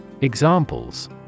Examples